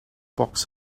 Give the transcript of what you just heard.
box